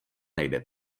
nejde